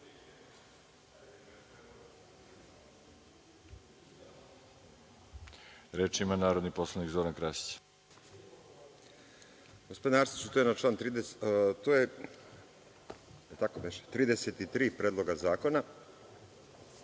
ima narodni poslanik Zoran Krasić.